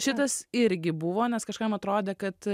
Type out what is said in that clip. šitas irgi buvo nes kažkam atrodė kad